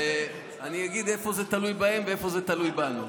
אני אגיד איפה זה תלוי בהם ואיפה זה תלוי בנו.